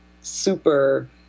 super